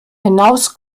hinaus